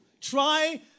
Try